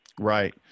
Right